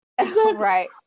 right